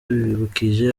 bibukije